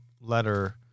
letter